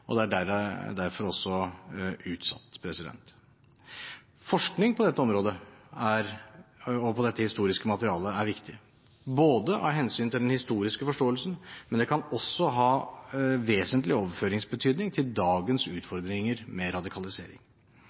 og det er derfor også utsatt. Forskning på dette området og på dette historiske materialet er viktig, både av hensyn til den historiske forståelsen, og det kan også ha vesentlig overføringsbetydning til dagens utfordringer med radikalisering.